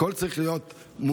הכול צריך להיות מונגש,